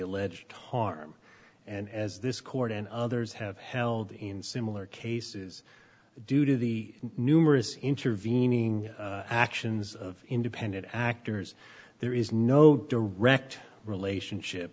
alleged harm and as this court and others have held in similar cases due to the numerous intervening actions of independent actors there is no direct relationship